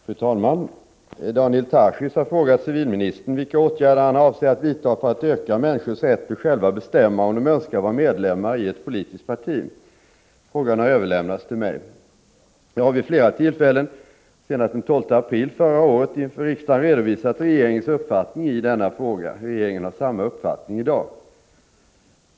a Söllriskt Fru talman! Daniel Tarschys har frågat civilminister vilka åtgärder han — my; ae avser att vidta för att öka människors rätt att själva bestämma om de önskar vara medlemmar i ett politiskt parti. Frågan har överlämnats till mig. Jag har vid flera tillfällen — senast den 12 april förra året — inför riksdagen redovisat regeringens uppfattning i denna fråga. Regeringen har samma uppfattning i dag.